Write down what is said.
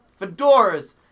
Fedoras